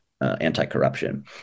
anti-corruption